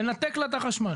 לנתק לה את החשמל.